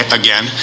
again